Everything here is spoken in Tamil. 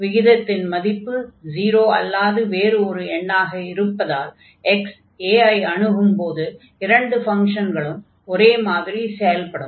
விகிதத்தின் மதிப்பு 0 அல்லாது வேறு ஒரு எண்ணாக இருப்பதால் x a ஐ அணுகும்போது இரண்டு ஃபங்ஷன்களும் ஒரே மாதிரி செயல்படும்